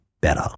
better